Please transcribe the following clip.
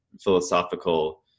philosophical